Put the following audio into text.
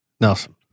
Nelson